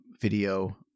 video